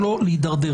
מבין.